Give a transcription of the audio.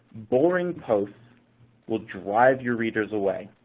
boring posts will drive your users away,